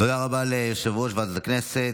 תודה רבה ליושב-ראש ועדת הכנסת.